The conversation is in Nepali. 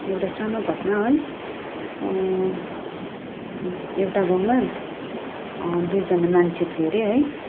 एउटा सानो घटना है एउटा गाउँमा दुईजना मान्छे थियो अरे है